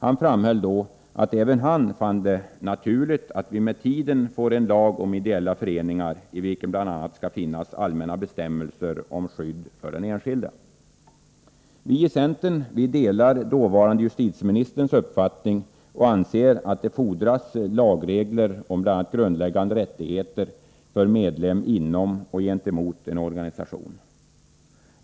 Han framhöll då att även han fann det naturligt att vi med tiden får en lag om ideella föreningar i vilken bl.a. skall finnas allmänna bestämmelser om skydd för den enskilde. Vi i centern delar den dåvarande justitieministerns uppfattning och anser att det fordras lagregler om bl.a. grundläggande rättigheter för medlem till skydd för denne gentemot organsisationen.